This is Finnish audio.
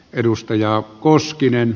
edustaja koskinen